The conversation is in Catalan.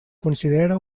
considere